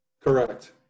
Correct